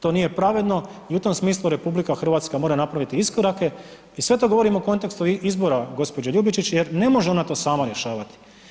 To nije pravedno i u tom smislu RH mora napraviti iskorake i sve to govorim u kontekstu izbora gospođe Ljubičić jer ne može ona to sama rješavati.